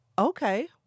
Okay